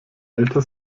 älter